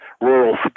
rural